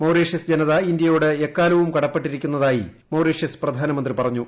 Mauritius ജനത ഇന്ത്യയോട് എക്കാലവും കടപ്പെട്ടിരിക്കുന്നതായി മൌറീഷ്യസ് പ്രധാനമന്ത്രി പറഞ്ഞു